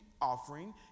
offering